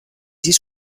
sis